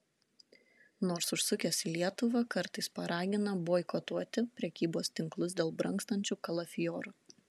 nors užsukęs į lietuvą kartais paragina boikotuoti prekybos tinklus dėl brangstančių kalafiorų